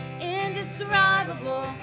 indescribable